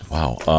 Wow